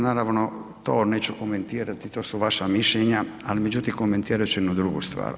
Naravno to neću komentirati, to su vaša mišljenja, ali međutim komentirat ću jednu drugu stvar.